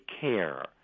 care